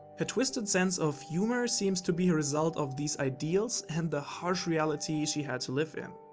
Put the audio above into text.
her twisted sense of humor seems to be a result of these ideals and the harsh reality she had to live in.